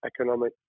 economic